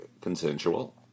consensual